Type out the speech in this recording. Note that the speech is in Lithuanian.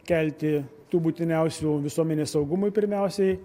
kelti tų būtiniausių visuomenės saugumui pirmiausiai